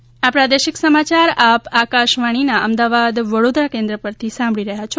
corona સંદેશ આ પ્રાદેશિક સમાચાર આપ આકશવાણીના અમદાવાદ વડોદરા કેન્દ્ર પરથી સાંભળી રહ્યા છે